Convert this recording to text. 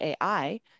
ai